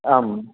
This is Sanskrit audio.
आम्